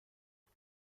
شما